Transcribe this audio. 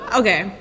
okay